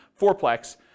fourplex